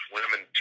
Women